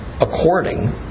according